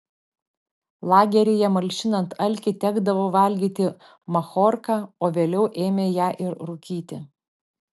lageryje malšinant alkį tekdavo valgyti machorką o vėliau ėmė ją ir rūkyti